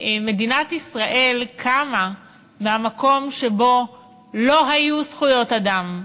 מדינת ישראל קמה מהמקום שבו לא היו זכויות אדם,